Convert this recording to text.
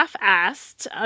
asked